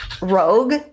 rogue